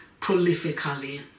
prolifically